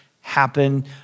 happen